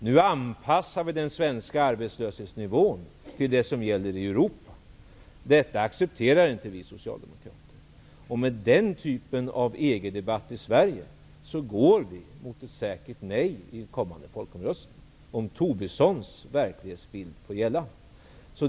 Nu anpassar vi den svenska arbetslöshetsnivån till den som gäller i Europa. Detta accepterar inte vi socialdemokrater. Med den typen av EG-debatt i Sverige går vi mot ett säkert nej i en kommande folkomröstning om Tobissons verklighetsbild får gälla.